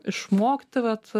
išmokti vat